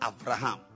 Abraham